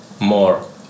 more